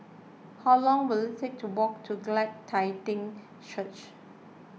how long will it take to walk to Glad Tidings Church